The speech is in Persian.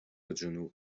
جنوب